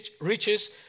riches